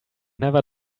never